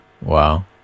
Wow